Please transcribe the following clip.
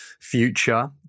future